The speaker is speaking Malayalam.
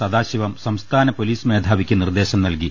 സദാശിവം സംസ്ഥാന പൊലീസ് മേധാ വിക്ക് നിർദ്ദേശം നൽകി